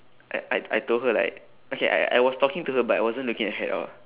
I I I told her like okay I I was talking to her but I wasn't looking at her at all